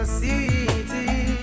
city